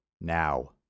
Now